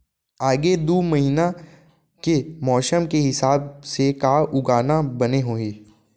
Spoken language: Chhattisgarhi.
आगे दू महीना के मौसम के हिसाब से का उगाना बने होही?